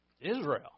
Israel